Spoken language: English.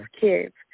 kids